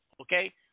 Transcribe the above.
okay